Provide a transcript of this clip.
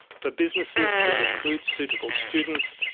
for businesses to recruit suitable students,